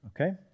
okay